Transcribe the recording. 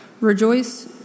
Rejoice